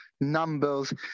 numbers